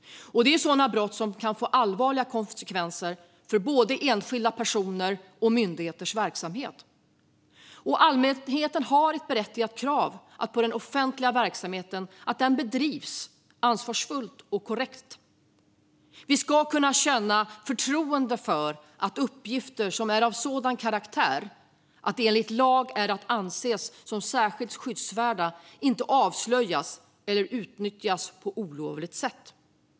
Detta är brott som kan få allvarliga konsekvenser både för enskilda personer och för myndigheters verksamhet. Allmänheten har ett berättigat krav på att den offentliga verksamheten bedrivs ansvarsfullt och korrekt. Vi ska kunna känna förtroende för att uppgifter som är av sådan karaktär att de enligt lag är att anse som särskilt skyddsvärda inte avslöjas eller utnyttjas på olovligt sätt.